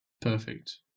perfect